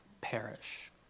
perish